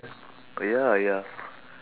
ya ya